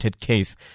case